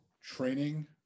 training